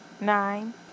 nine